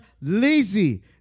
lazy